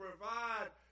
provide